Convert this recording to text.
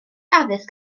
addysg